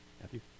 Matthew